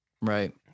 Right